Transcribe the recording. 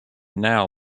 now